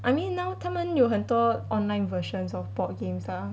I mean now 他们有很多 online versions of board games lah